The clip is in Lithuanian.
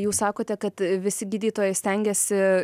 jūs sakote kad visi gydytojai stengiasi